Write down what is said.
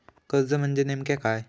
कर्ज म्हणजे नेमक्या काय?